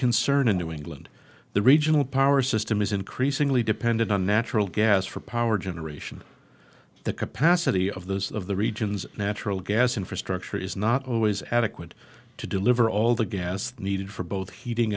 concern in new england the regional power system is increasingly dependent on natural gas for power generation the capacity of those of the region's natural gas infrastructure is not always adequate to deliver all the gas needed for both heating